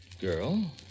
Girl